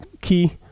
key